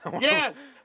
Yes